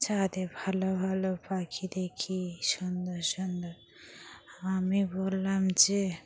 রাতে ভালো ভালো পাখি দেখি সুন্দর সুন্দর আমি বললাম যে